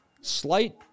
Slight